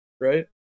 right